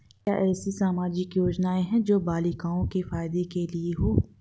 क्या ऐसी कोई सामाजिक योजनाएँ हैं जो बालिकाओं के फ़ायदे के लिए हों?